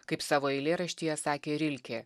kaip savo eilėraštyje sakė rilkė